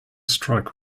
strike